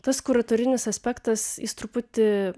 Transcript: tas kuratorinis aspektas jis truputį